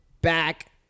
Back